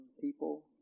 people